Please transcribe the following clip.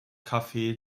kaffee